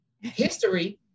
history